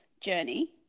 journey